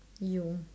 you